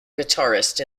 guitarist